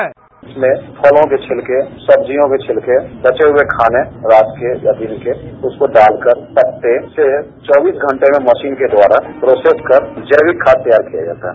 sound bite इसमें फलों के छिलके सब्जियों के छिलके बचे हये खाने रात के या दिन के उसको डालकर पत्ते से चौबीस घंटे में मशीन के द्वारा प्रोसेस कर जैविक खाद तैयार किया जाता है